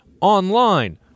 online